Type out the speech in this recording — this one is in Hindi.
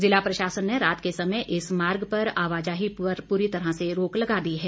जिला प्रशासन ने रात के समय इस मार्ग पर आवाजाही पर पूरी तरह रोक लगा दी है